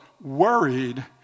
worried